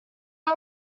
are